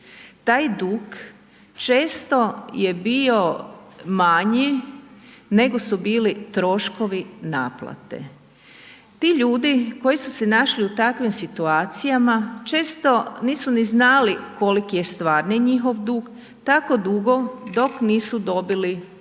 taj dug često je bio manji nego su bili troškovi naplate. Ti ljudi koji su se našli u takvim situacijama često nisu ni znali koliki je stvarni njihov dug tako dugo dok nisu dobili ovrhu